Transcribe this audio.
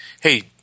Hey